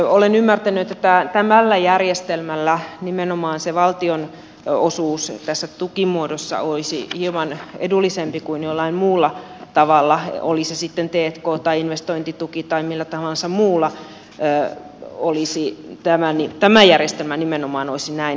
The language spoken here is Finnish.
olen ymmärtänyt että tällä järjestelmällä nimenomaan se valtionosuus tässä tukimuodossa olisi hieman edullisempi kuin jollain muulla tavalla oli se sitten t k tai investointituki tai millä tahansa muulla tämä järjestelmä nimenomaan olisi näin halvempi